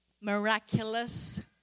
miraculous